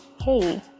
Hey